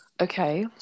Okay